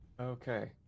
Okay